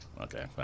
okay